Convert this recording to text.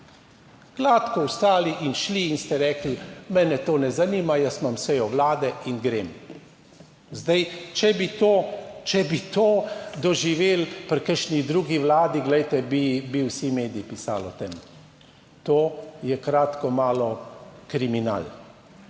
gladko vstali in šli in ste rekli, mene to ne zanima, jaz imam sejo vlade in grem. Zdaj, če bi to, če bi to doživeli pri kakšni drugi vladi, glejte, bi vsi mediji pisali o tem. To je kratko malo kriminal,